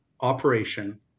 operation